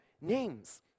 names